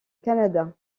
canada